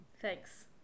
Thanks